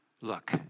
Look